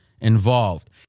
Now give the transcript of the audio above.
involved